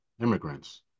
immigrants